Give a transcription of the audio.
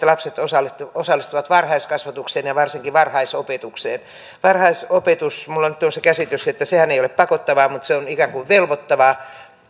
lapset osallistuvat osallistuvat varhaiskasvatukseen ja varsinkin varhaisopetukseen varhaisopetuksesta minulla nyt on se käsitys että sehän ei ole pakottavaa mutta se on ikään kuin velvoittavaa